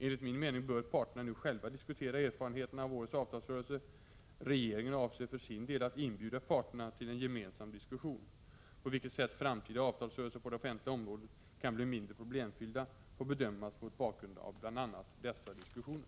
Enligt min mening bör parterna nu själva diskutera erfarenheterna av årets avtalsrörelse. Regeringen avser för sin del att inbjuda parterna till en gemensam diskussion. På vilket sätt framtida avtalsrörelser på det offentliga området kan bli mindre problemfyllda får bedömas mot bakgrund av bl.a. dessa diskussioner.